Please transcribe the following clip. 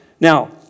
now